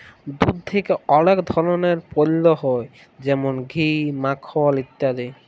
দুধ থেক্যে অলেক ধরলের পল্য হ্যয় যেমল ঘি, মাখল ইত্যাদি